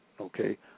Okay